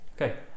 Okay